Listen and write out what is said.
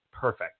perfect